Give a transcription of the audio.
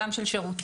גם של שירותים,